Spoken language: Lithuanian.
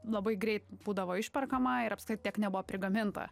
labai greit būdavo išperkama ir apskritai tiek nebuvo prigaminta